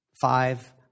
five